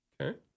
Okay